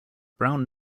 brown